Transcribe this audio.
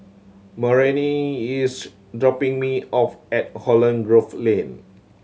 Marianne is dropping me off at Holland Grove Lane